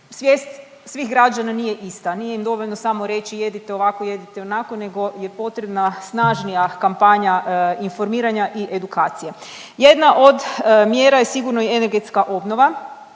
svijest svih građana nije ista. Nije im dovoljno samo reći jedite ovako, jedite onako, nego je potrebna snažnija kampanja informiranja i edukacije. Jedna od mjera je sigurno i energetska obnova